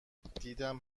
دیدم